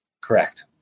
Correct